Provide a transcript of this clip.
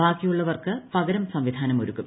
ബാക്കിയുള്ളവർക്ക് പകരം സംവിധാനമൊരുക്കും